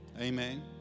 Amen